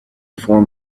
before